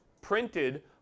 printed